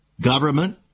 Government